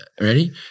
Ready